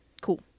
cool